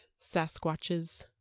Sasquatches